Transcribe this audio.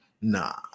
nah